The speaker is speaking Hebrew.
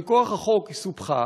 מכוח החוק היא סופחה,